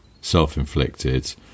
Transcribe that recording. Self-inflicted